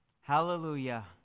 Hallelujah